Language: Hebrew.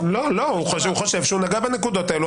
לא, הוא חושב שהוא נגע בנקודות האלה.